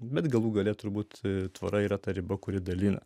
bet galų gale turbūt tvora yra ta riba kuri dalina